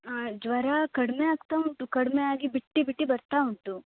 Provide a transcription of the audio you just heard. ಹಾಂ ಜ್ವರ ಕಡಿಮೆ ಆಗ್ತ ಉಂಟು ಕಡಿಮೆ ಆಗಿ ಬಿಟ್ಟು ಬಿಟ್ಟು ಬರ್ತಾ ಉಂಟು